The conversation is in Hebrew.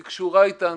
היא קשורה איתנו,